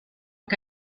que